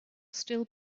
still